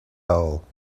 all